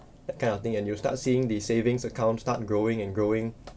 that kind of thing and you start seeing the savings account start growing and growing